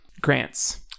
Grants